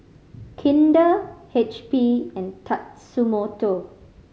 Kinder H P and Tatsumoto